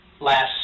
Last